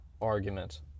argument